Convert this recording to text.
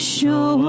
Show